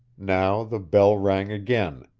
now the bell rang again.